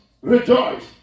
Rejoice